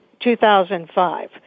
2005